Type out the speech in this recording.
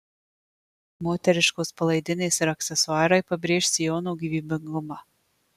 moteriškos palaidinės ir aksesuarai pabrėš sijono gyvybingumą